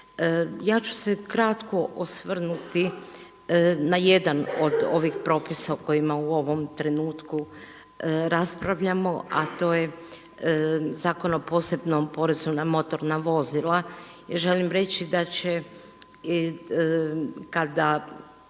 Ja ću se kratko osvrnuti na jedan od ovih propisa o kojima u ovom trenutku raspravljamo, a to je Zakon o posebnom porezu na motorna vozila. Ja želim reći da će, kada